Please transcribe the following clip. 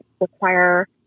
require